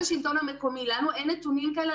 כאן זה השלטון המקומי, לנו את נתונים כאלה.